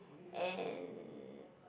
and